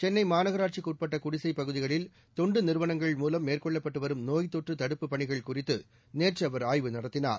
சென்னை மாநகராட்சிக்கு உட்பட்ட குடிசைப் பகுதிகளில் தொண்டு நிறுவனங்கள் மூலம் மேற்கொள்ளப்பட்டு வரும் நோய்த்தொற்று தடுப்புப் பணிகள் குறித்து நேற்று அவர் ஆய்வு நடத்தினார்